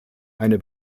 eine